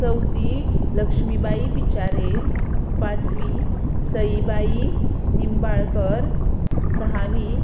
चवथी लक्ष्मीबाई विचारे पांचवी सईबाई निंबाळकर सवी